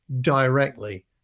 directly